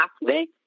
halfway